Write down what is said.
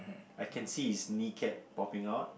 I can see his knee cap popping out